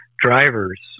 drivers –